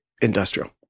industrial